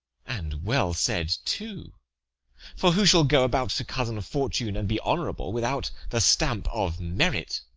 and well said too for who shall go about to cozen fortune, and be honourable without the stamp of merit?